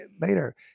later